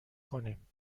کنیم